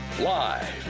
live